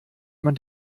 man